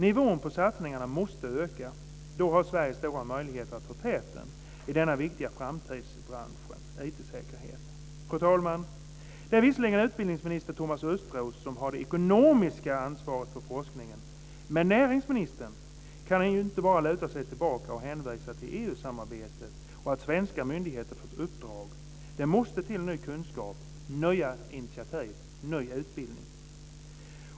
Nivån för satsningarna måste öka, för då har Sverige stora möjligheter att inta täten i den viktiga framtidsbransch som IT säkerheten utgör. Fru talman! Visserligen är det utbildningsminister Thomas Östros som har det ekonomiska ansvaret för forskningen men näringsministern kan för den skull inte bara luta sig tillbaka och hänvisa till EU samarbetet och till svenska myndigheters uppdrag. Det måste till ny kunskap, nya initiativ och ny utbildning!